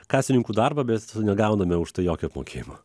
kasininkų darbą bet negauname už tai jokio apmokėjimo